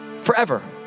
forever